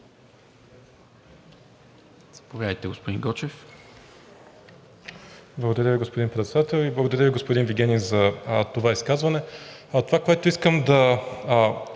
Заповядайте, господин Гочев.